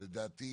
לדעתי,